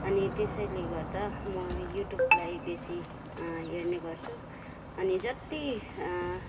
अनि त्यसैले गर्दा म युट्युबलाई बेसी हेर्ने गर्छु अनि जति